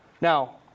Now